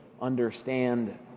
understand